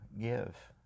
give